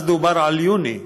אז דובר על יוני,